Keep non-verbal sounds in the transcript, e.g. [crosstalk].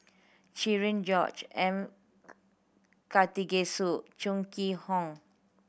Cherian George M [noise] Karthigesu Chong Kee Hiong